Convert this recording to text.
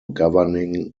governing